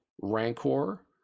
Rancor